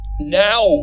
Now